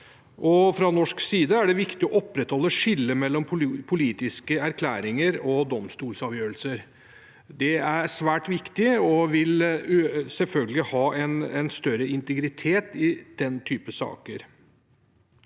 fra norsk side er det viktig å opprettholde skillet mellom politiske erklæringer og domstolsavgjørelser. Det er svært viktig og vil selvfølgelig ha en større integritet i den type saker.